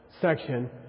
section